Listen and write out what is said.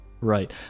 Right